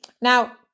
Now